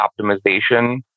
optimization